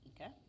Okay